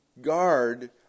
guard